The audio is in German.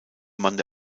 man